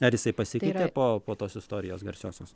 ar jisai pasikeitė po po tos istorijos garsiosios